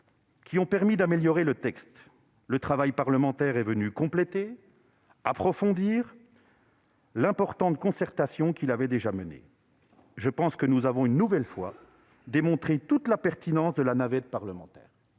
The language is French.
qui ont permis d'améliorer le texte. Le travail parlementaire est venu compléter et approfondir l'importante concertation qu'il avait déjà menée ; je pense que nous avons une nouvelle fois démontré toute la pertinence de la navette parlementaire.